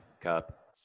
Cup